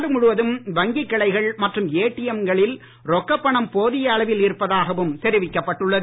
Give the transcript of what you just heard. நாடு முழுவதும் வங்கிக் கிளைகள் மற்றும் ஏடிஎம் களில் ரொக்கப்பணம் போதிய அளவில் இருப்பதாகவும் தெரிவிக்கப் பட்டுள்ளது